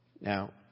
Now